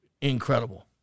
incredible